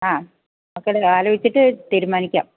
ആ ആലോചിച്ചിട്ടു തീരുമാനിക്കാം